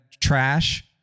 trash